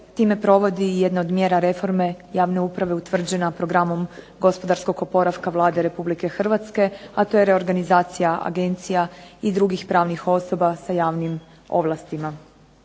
time provodi i jedna od mjera reforme javne uprave utvrđena Programom gospodarskog oporavka Vlade Republike Hrvatske, a to je reorganizacija agencija i drugih pravnih osoba sa javnim ovlastima.